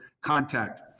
contact